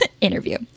interview